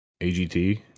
AGT